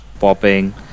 popping